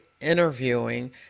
interviewing